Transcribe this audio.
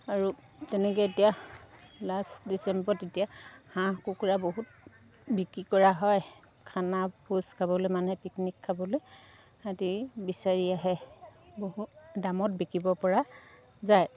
আৰু তেনেকৈ এতিয়া লাষ্ট ডিচেম্বৰত এতিয়া হাঁহ কুকুৰা বহুত বিক্ৰী কৰা হয় খানা ভোজ খাবলৈ মানুহে পিকনিক খাবলৈ সিহঁতি বিচাৰি আহে বহুত দামত বিকিব পৰা যায়